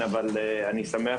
אבל אני שמח